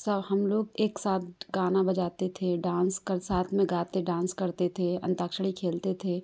सब हम लोग एक साथ गाना बजाते थे डांस कर साथ में गाते डांस करते थे अंताक्षरी खेलते थे